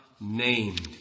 named